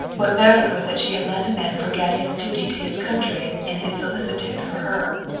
what mattered was that she had let a man forget his duty to his country in his solicitude for her.